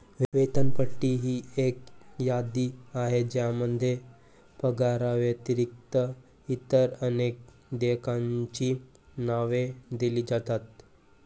वेतनपट ही एक यादी आहे ज्यामध्ये पगाराव्यतिरिक्त इतर अनेक देयकांची नावे दिली जातात